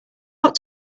not